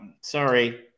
Sorry